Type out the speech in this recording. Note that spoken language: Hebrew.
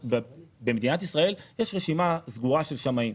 במדינת ישראל יש רשימה סגורה של שמאים,